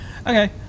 Okay